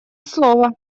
слово